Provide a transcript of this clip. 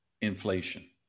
inflation